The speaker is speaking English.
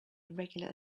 irregular